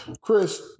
Chris